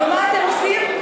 ומה אתם עושים?